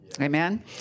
Amen